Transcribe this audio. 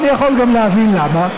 ואני יכול גם להבין למה.